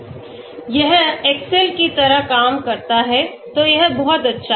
यह एक्सेल की तरह काम करता है तो यह बहुत अच्छा है